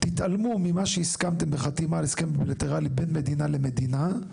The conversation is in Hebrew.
תתעלמו ממה שהסכמתם בחתימה על הסכם בילטרלי בין מדינה למדינה.